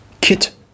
Kit